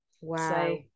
Wow